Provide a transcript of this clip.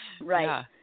Right